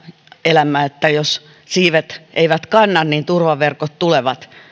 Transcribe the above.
elämä että jos siivet eivät kanna niin turvaverkot tulevat